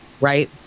right